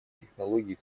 технологий